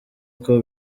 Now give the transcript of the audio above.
uko